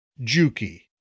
Juki